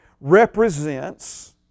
represents